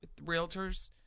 realtors